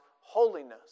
holiness